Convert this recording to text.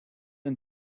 and